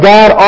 God